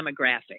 demographic